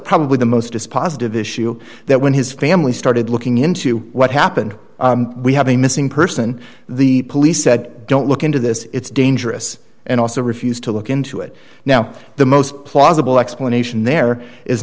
probably the most dispositive issue that when his family started looking into what happened we have a missing person the police said don't look into this it's dangerous and also refused to look into now the most plausible explanation there is